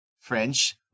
French